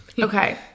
okay